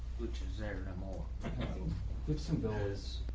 which is their and mo like some goes